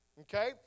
okay